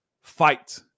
fight